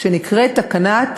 שנקראת "תקנת